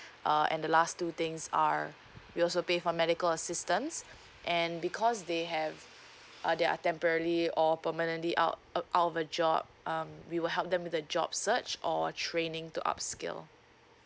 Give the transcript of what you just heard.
uh and the last two things are we also pay for medical assistance and because they have uh they are temporary or permanently out uh out of the job um we will help them with the job search or training to upscale